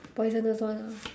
poisonous one ah